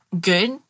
good